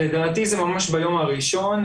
לדעתי זה ממש ביום הראשון.